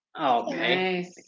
Okay